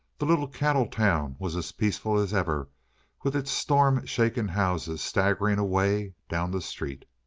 the little cattle town was as peaceful as ever with its storm-shaken houses staggering away down the street.